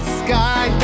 sky